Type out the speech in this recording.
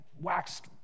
waxed